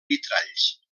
vitralls